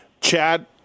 Chad